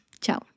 ciao